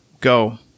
Go